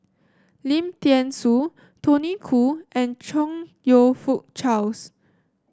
Lim Thean Soo Tony Khoo and Chong You Fook Charles